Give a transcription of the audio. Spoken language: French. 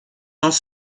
dans